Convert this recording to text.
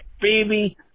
baby